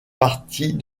partie